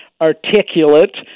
articulate